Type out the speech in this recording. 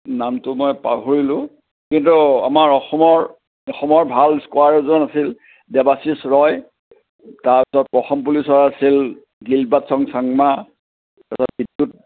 নামটো মই পাহৰিলোঁ কিন্তু আমাৰ অসমৰ অসমৰ ভাল এজন আছিল দেৱাশীষ ৰয় তাৰপিছত অসম পুলিচত আছিল চাংমা